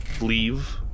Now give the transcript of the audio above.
leave